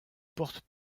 porte